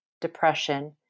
depression